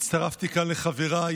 הצטרפתי כאן לחבריי